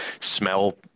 smell